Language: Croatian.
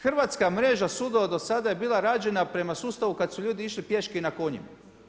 Hrvatska mrežna sudova do sada je bila rađena prema sustavu kad su ljudi išli pješke i na konjima.